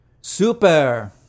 Super